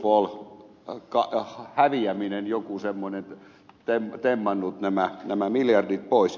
onkohan se windfall häviäminen joku semmoinen temmannut nämä miljardit pois